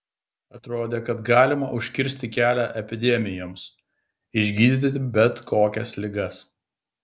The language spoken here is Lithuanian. atrodė kad galima užkirsti kelią epidemijoms išgydyti bet kokias ligas